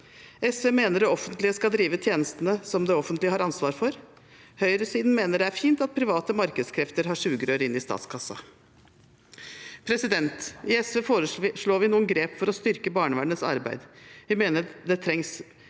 SV mener det offentlige skal drive tjenestene som det offentlige har ansvar for. Høyresiden mener det er fint at private markedskrefter har sugerør inn i statskassen. I SV foreslår vi noen grep for å styrke barnevernets arbeid. Vi mener det trengs